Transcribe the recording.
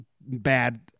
bad